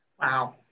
Wow